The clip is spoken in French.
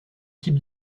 types